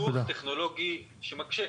צורך בפיתוח טכנולוגי שמקשה.